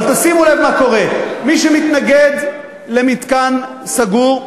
אבל תשימו לב מה קורה: מי שמתנגד למתקן סגור,